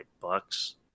bucks